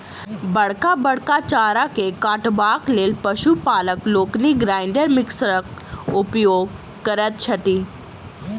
बड़का बड़का चारा के काटबाक लेल पशु पालक लोकनि ग्राइंडर मिक्सरक उपयोग करैत छथि